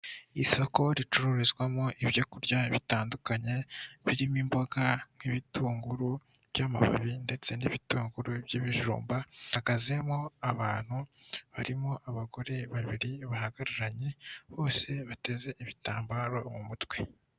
Isoko ricururizwamo ibyo kurya bitandukanye birimo imboga nk'ibitunguru by'amababi ndetse n'ibitunguru by'ibijumba, hahagazemo abantu barimo abagore babiri bahagararanye bose bateze ibitambaro mu mutwe.